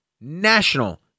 national